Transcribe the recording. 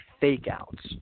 fake-outs